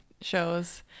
shows